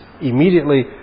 Immediately